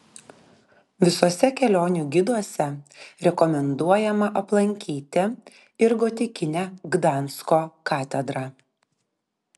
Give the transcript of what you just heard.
visuose kelionių giduose rekomenduojama aplankyti ir gotikinę gdansko katedrą